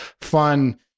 fun